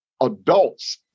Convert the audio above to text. adults